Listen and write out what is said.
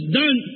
done